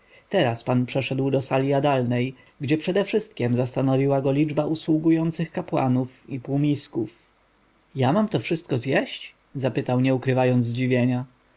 pan przeszedł do sali jadalnej gdzie przedewszystkiem zastanowiła go liczba usługujących kapłanów i półmisków ja mam to wszystko zjeść zapytał nie ukrywając zdziwienia